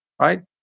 Right